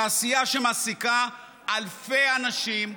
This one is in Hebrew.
תעשייה שמעסיקה אלפי אנשים,